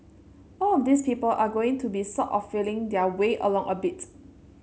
all of these people are going to be sort of feeling their way along a bit